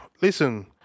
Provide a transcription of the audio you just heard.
Listen